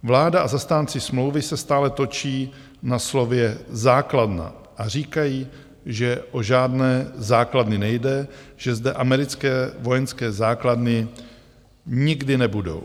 Vláda a zastánci smlouvy se stále točí na slově základna a říkají, že o žádné základny nejde, že zde americké vojenské základny nikdy nebudou.